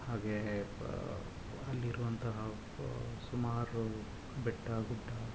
ಹಾಗೇ ಪ ಅಲ್ಲಿರುವಂತಹ ಬ ಸುಮಾರು ಬೆಟ್ಟ ಗುಡ್ಡ